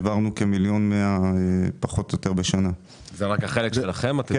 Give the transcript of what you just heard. העברנו פחות או יותר כמיליון ו-100 אלף שקלים בשנה.